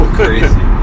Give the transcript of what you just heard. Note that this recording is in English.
crazy